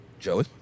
Joey